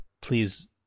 please